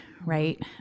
right